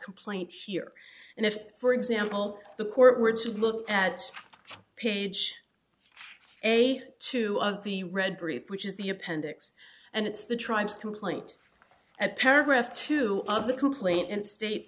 complaint here and if for example the court were to look at page a two of the read brief which is the appendix and it's the tribes complaint at paragraph two of the complaint and states